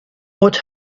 what